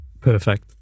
perfect